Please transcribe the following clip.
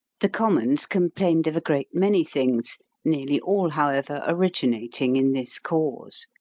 the commons complained of a great many things, nearly all, however, originating in this cause.